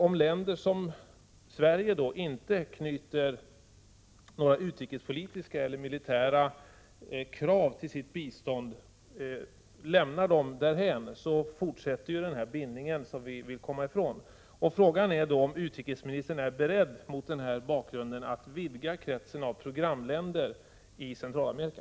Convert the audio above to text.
Om länder som Sverige då inte knyter några utrikespolitiska eller militära krav till sitt bistånd fortsätter den bindning som vi vill komma ifrån. Frågan är då om utrikesministern mot denna bakgrund är beredd att vidga kretsen av programländer i Centralamerika.